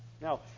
Now